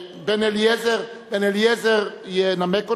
בן-אליעזר ינמק אותה,